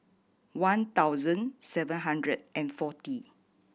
one thousand seven hundred and forty